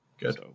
Good